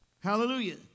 Hallelujah